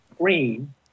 green